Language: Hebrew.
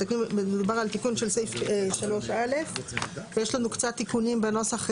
מדובר על תיקון של סעיף 3(א) ויש לנו קצת תיקונים בנוסח,